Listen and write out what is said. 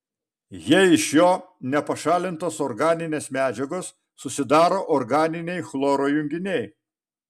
jei iš jo nepašalintos organinės medžiagos susidaro organiniai chloro junginiai